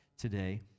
today